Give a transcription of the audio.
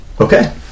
Okay